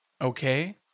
okay